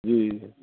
जी